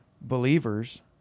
believers